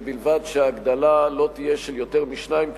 ובלבד שההגדלה לא תהיה של יותר משניים,